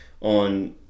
on